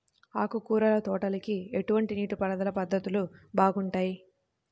ఆకుకూరల తోటలకి ఎటువంటి నీటిపారుదల పద్ధతులు బాగుంటాయ్?